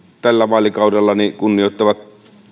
tällä vaalikaudella niin että kunnioittavat